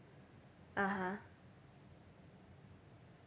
(uh huh)